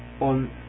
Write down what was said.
on